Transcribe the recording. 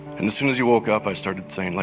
and as soon as he woke up, i started saying, like,